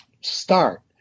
start